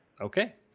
Okay